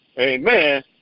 Amen